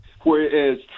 whereas